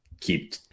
keep